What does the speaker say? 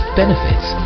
benefits